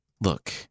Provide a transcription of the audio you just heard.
Look